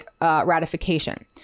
ratification